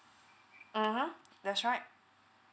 mmhmm that's right